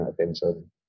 attention